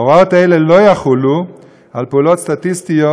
הוראות אלה לא יחולו על פעולות סטטיסטיות